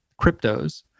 cryptos